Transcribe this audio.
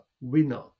winner